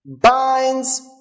binds